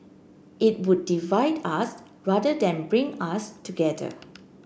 it would divide us rather than bring us together